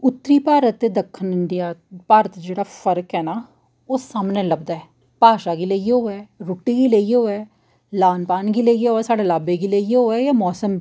उत्तरी भारत ते दक्खन भारत च जेह्ड़ा फर्क ऐ न ओह् सामनै लभदा ऐ भाशा गी लेइयै होवै रुट्टी गी लेइयै होवै लान पान गी लेइयै होवै साढ़े लाब्बे गी लेइयै होवै जां मौसम